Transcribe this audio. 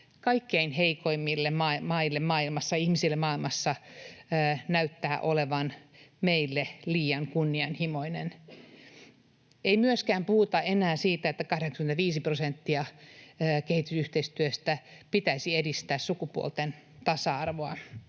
kaikkein heikoimmille maille, ihmisille maailmassa, näyttää olevan meille liian kunnianhimoinen. Ei myöskään puhuta enää siitä, että 85 prosenttia kehitysyhteistyöstä pitäisi edistää sukupuolten tasa-arvoa.